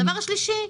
הדבר השלישי,